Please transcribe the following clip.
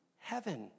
heaven